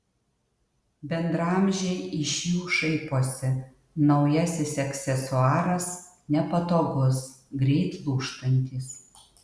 bendraamžiai iš jų šaiposi naujasis aksesuaras nepatogus greit lūžtantis